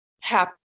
happy